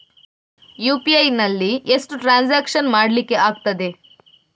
UPI ನಲ್ಲಿ ಎಷ್ಟು transaction ಮಾಡ್ಲಿಕ್ಕೆ ಆಗ್ತದೆ?